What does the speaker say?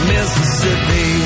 Mississippi